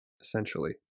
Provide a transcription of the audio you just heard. essentially